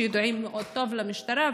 שידועים מאוד טוב למשטרה.